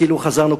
כאילו חזרנו,